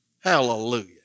Hallelujah